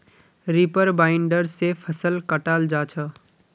reaper binder से फसल कटाल जा छ